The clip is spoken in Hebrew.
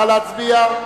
נא להצביע.